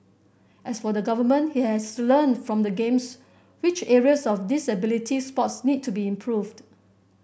as for the Government he has learnt from the Games which areas of disability sports need to be improved